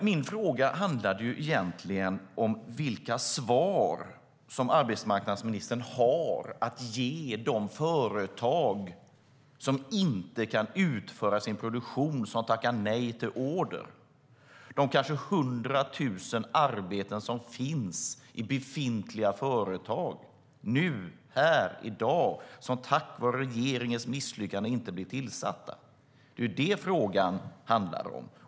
Min fråga handlade egentligen om vilka svar arbetsmarknadsministern har att ge de företag som inte kan utföra sin produktion och som tackar nej till order. Det handlar om de kanske 100 000 arbeten som finns i befintliga företag nu, här och i dag och som på grund av regeringens misslyckande inte blir tillsatta. Det är det frågan handlar om.